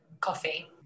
Coffee